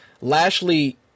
Lashley